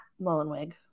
Mullenweg